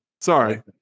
Sorry